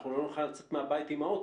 אנחנו לא נוכל לצאת מהבית עם האוטו.